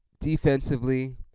Defensively